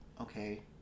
okay